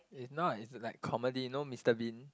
is not is like comedy you know Mister Bean